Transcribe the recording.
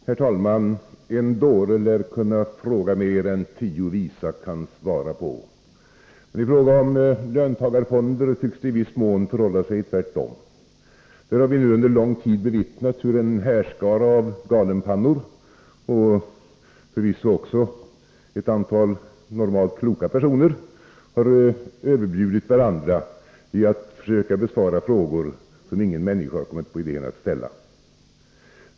Herr talman! En dåre lär kunna fråga mer än tio visa kan svara på. I fråga om löntagarfonder tycks det i viss mån förhålla sig tvärtom, för vi har nu under en lång tid bevittnat hur en härskara av galenpannor, och förvisso också ett antal normalt kloka personer, har överbjudit varandra i att försöka besvara frågor som ingen människa har kommit på idén att ställa.